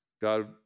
God